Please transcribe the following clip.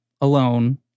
alone